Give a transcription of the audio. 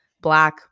black